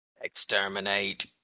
Exterminate